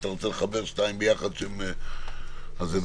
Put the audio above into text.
אם אתה רוצה לחבר שניים ביחד זה כמובן אפשרי.